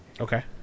okay